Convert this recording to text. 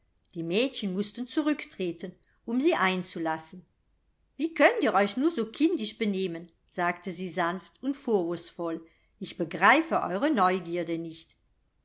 die mädchen mußten zurücktreten um sie einzulassen wie könnt ihr euch nur so kindisch benehmen sagte sie sanft und vorwurfsvoll ich begreife eure neugierde nicht